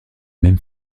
même